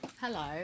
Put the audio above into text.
Hello